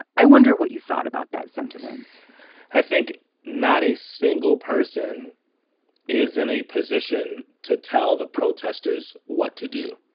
i wonder what you thought about that sentiment i think not a single person is in a position to tell the protesters what to do.